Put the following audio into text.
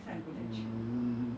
um